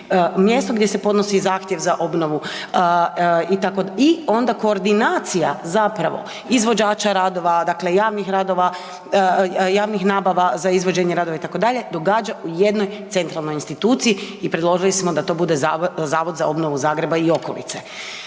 mjesta gdje se podnosi zahtjev za obnovu, itd. i onda koordinacija zapravo izvođača radova, dakle, javnih radova, javnih nabava za izvođenje radova, itd., događa u jednoj centralnoj instituciji i predložili smo da to bude Zavod za obnovu Zagreba i okolice.